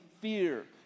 fear